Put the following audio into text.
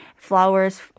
flowers